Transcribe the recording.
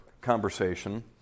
conversation